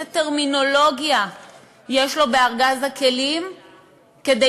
איזו טרמינולוגיה יש לו בארגז הכלים כדי